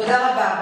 תודה רבה.